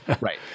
Right